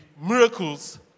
miracles